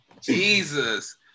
Jesus